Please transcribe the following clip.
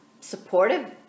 supportive